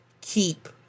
Keep